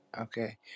okay